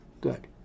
Good